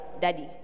Daddy